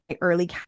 early